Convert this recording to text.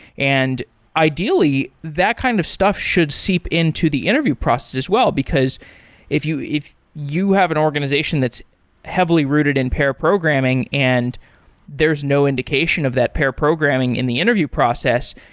and ideally, that kind of stuff should seep into the interview process as well, because if you if you have an organization that's heavily rooted in pair programming and there's no indication of that pair programming in the interview process,